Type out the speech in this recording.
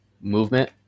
movement